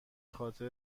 خاطر